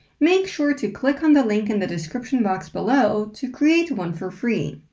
make sure to click on the link in the description box below to create one for free.